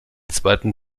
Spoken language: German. zweiten